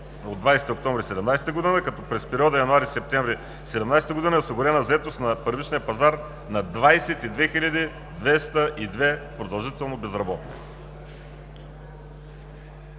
от 20 октомври 2017 г., като през периода януари – септември 2017 г., е осигурена заетост на първичния пазар на 22 202 продължително безработни.